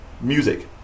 music